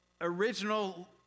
original